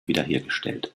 wiederhergestellt